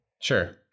Sure